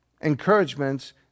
encouragements